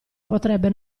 potrebbe